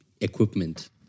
equipment